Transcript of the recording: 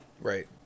Right